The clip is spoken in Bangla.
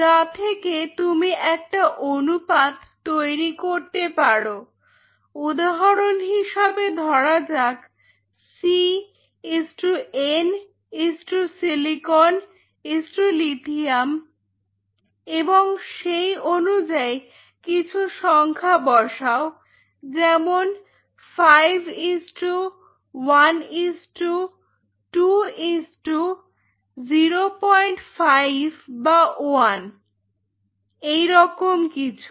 যা থেকে তুমি একটা অনুপাত তৈরি করতে পারো উদাহরণ হিসাবে ধরা যাক C N সিলিকন লিথিয়াম এবং সেই অনুযায়ী কিছু সংখ্যা বসাও যেমন 51205 বা 1 এই রকম কিছু